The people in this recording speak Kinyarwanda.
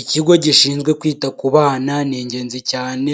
Ikigo gishinzwe kwita ku bana ni ingenzi cyane